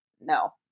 no